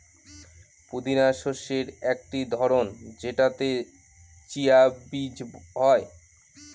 পুদিনা শস্যের একটি ধরন যেটাতে চিয়া বীজ হয়